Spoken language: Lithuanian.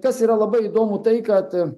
kas yra labai įdomu tai kad